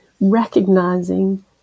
recognizing